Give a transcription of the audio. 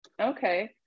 Okay